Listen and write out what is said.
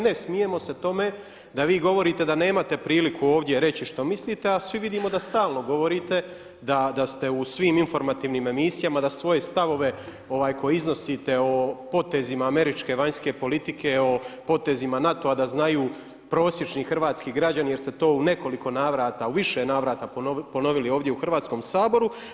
Ne smijemo se tome da vi govorite da nemate priliku ovdje reći što mislite a svi vidimo da stalno govorite, da ste u svim informativnim emisijama, da svoje stavove koje iznosite o potezima američke vanjske politike, o potezima NATO-a da znaju prosječni hrvatski građani jer ste to u nekoliko navrata, u više navrata ponovili ovdje u Hrvatskom saboru.